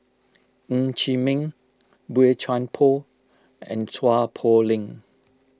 Ng Chee Meng Boey Chuan Poh and Chua Poh Leng